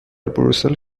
بروسل